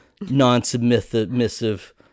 non-submissive